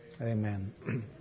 Amen